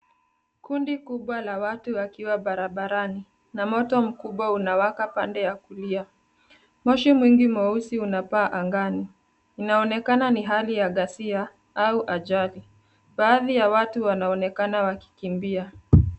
Kundi kubwa la watu wakiwa barabarani na moto mkubwa unawaka pande ya kulia. Moshi mwingi mweusi unapaa angani. Inaonekana ni hali ya ghasia au ajali. Baadhi ya watu wanaonekana wakikimbia.